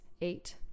eight